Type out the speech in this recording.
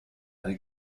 eine